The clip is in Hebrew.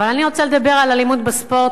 אבל אני רוצה לדבר על אלימות בספורט,